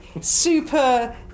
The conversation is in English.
super